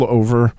over